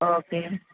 okay